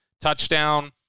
touchdown